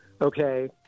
okay